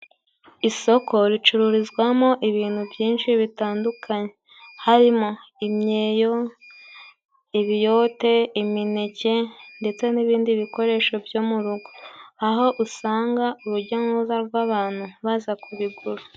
Isoko ricururizwamo ibintu byinshi bitandukanye harimo: imyeyo, ibiyote, imineke ndetse n'ibindi bikoresho byo mu rugo ,aho usanga urujya n'uruza rw'abantu baza kubigura.